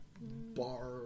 Bar